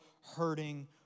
hurting